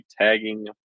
tagging